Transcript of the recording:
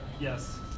Yes